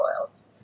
oils